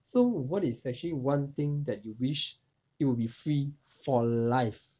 so what is actually one thing that you wish it will be free for life